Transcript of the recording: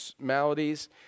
maladies